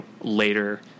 later